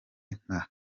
nka